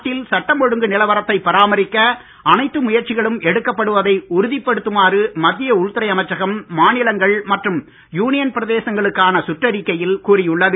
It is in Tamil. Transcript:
நாட்டில் சட்டம் ஒழுங்கு நிலவரத்தை பராமரிக்க அனைத்து முயற்சிகளும் எடுக்கப்படுவதை உறுதிப்படுத்துமாறு மத்திய உள்துறை அமைச்சகம் மாநிலங்கள் மற்றும் யூனியன் பிரதேசங்களுக்கான சுற்றறிக்கையில் கூறி உள்ளது